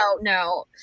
no